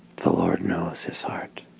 the lord knows his heart